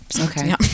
Okay